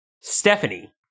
Stephanie